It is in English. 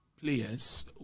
players